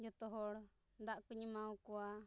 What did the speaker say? ᱡᱚᱛᱚᱦᱚᱲ ᱫᱟᱜᱠᱚᱧ ᱮᱢᱟᱣᱟ ᱠᱚᱣᱟ